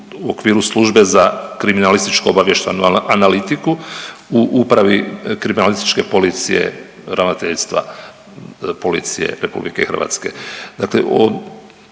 u okviru službe za kriminalističko obavještajnu analitiku u upravi kriminalističke policije Ravnateljstva policije RH. Dakle,